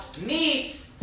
meets